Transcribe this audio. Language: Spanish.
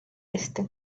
este